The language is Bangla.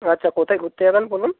আচ্ছা কোথায় ঘুরতে যাবেন বলুন